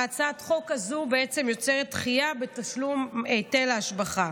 הצעת החוק הזו יוצרת דחייה בתשלום היטל ההשבחה,